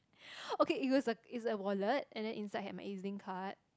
okay it was a it's a wallet and then inside had my Ezlink card